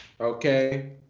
Okay